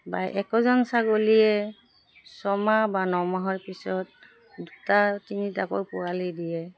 বা একোজন ছাগলীয়ে ছমাহ বা ন মাহৰ পিছত দুটা তিনিটাকৈ পোৱালি দিয়ে